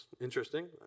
interesting